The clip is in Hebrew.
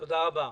תודה.